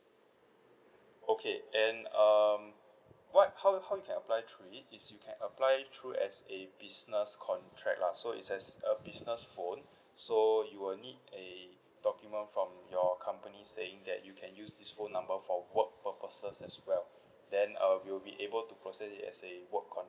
okay and um what how how you can apply through is you can apply through as a business contract lah so it's as a business phone so you will need a document from your company saying that you can use this phone number for work purposes as well then uh we will be able to process it as a work con~